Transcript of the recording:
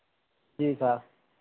जी sir